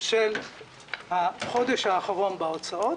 של החודש האחרון בהוצאות,